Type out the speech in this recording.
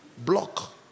block